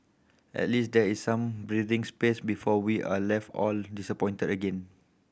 at least there is some breathing space before we are all left all disappointed again